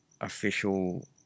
official